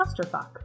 clusterfuck